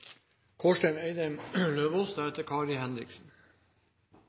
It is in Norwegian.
Kårstein Eidem Løvaas,